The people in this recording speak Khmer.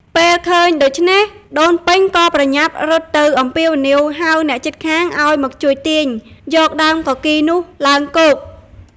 ពេលឃើញដូច្នេះ ដូនពេញក៏ប្រញាប់រត់ទៅអំពាវនាវហៅអ្នកជិតខាងឲ្យមកជួយទាញយកដើមគគីរនោះឡើងគោក។